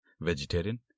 Vegetarian